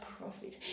profit